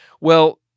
Well-